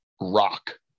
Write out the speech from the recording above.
rock